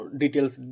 details